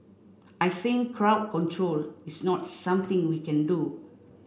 I think crowd control is not something we can do